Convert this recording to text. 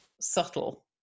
subtle